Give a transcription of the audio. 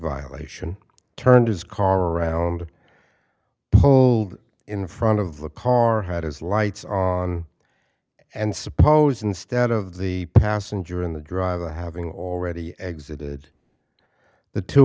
violation turned his car around pulled in front of the car had his lights on and suppose instead of the passenger in the driver having already exited the two